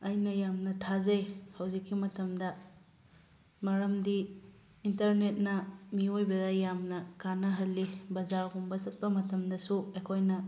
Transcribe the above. ꯑꯩꯅ ꯌꯥꯝꯅ ꯊꯥꯖꯩ ꯍꯧꯖꯤꯛꯀꯤ ꯃꯇꯝꯗ ꯃꯔꯝꯗꯤ ꯏꯟꯇꯔꯅꯦꯠꯅ ꯃꯤꯌꯣꯏꯕꯗ ꯌꯥꯝꯅ ꯀꯥꯟꯅꯍꯜꯂꯤ ꯕꯖꯥꯔꯒꯨꯝꯕ ꯆꯠꯄ ꯃꯇꯝꯗꯁꯨ ꯑꯩꯈꯣꯏꯅ